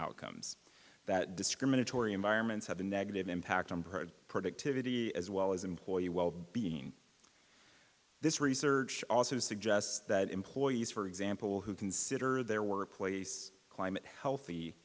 outcomes that discriminatory environments have a negative impact on bird productivity as well as employee wellbeing this research also suggests that employees for example who consider their workplace climate healthy